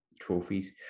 trophies